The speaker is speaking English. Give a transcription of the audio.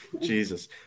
Jesus